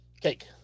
Cake